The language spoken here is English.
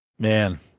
Man